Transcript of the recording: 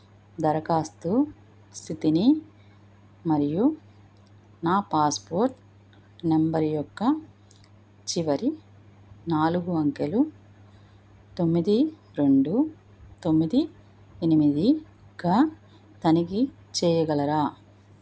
దరఖాస్తు స్థితిని మరియు నా పాస్పోర్ట్ నెంబర్ యొక్క చివరి నాలుగు అంకెలు తొమ్మిది రెండు తొమ్మిది ఎనిమిదిగా తనిఖీ చేయగలరా